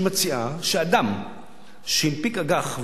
שמציעה שאדם שהנפיק אג"ח,